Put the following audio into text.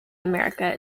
america